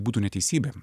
būtų neteisybė